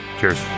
Cheers